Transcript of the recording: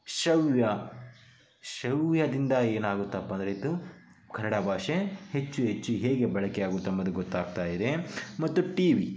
ಶ್ರವ್ಯ ಶ್ರವ್ಯದಿಂದ ಏನಾಗುತ್ತಪ್ಪಾಂದರೆ ಇದು ಕನ್ನಡ ಭಾಷೆ ಹೆಚ್ಚು ಹೆಚ್ಚು ಹೇಗೆ ಬಳಕೆಯಾಗುತ್ತೆಂಬುದು ಗೊತ್ತಾಗ್ತಾ ಇದೆ ಮತ್ತು ಟಿ ವಿ